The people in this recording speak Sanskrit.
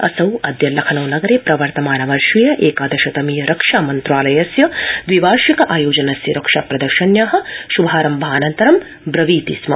असौ अद्य लखनऊ नगरे प्रर्वतमानवर्षीय एकादश तमीय रक्षा मन्त्रालयस्य द्विवार्षिक आयोजनस्य रक्षा प्रदर्शन्या श्भारम्भानन्तरं ब्रवीति स्म